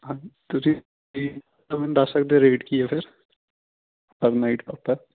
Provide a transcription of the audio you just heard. ਹਾਂ ਤੁਸੀਂ ਈ ਤੁਸੀਂ ਮੈਨੂੰ ਦੱਸ ਸਕਦੇ ਰੇਟ ਕੀ ਹੈ ਫਿਰ ਪਰ ਨਾਈਟ ਦਾ